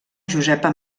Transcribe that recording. josepa